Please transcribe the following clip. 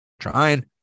trying